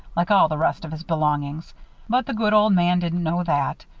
like all the rest of his belongings but the good old man didn't know that.